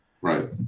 right